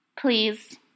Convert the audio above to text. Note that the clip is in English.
Please